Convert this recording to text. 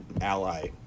ally